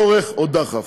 צורך או דחף.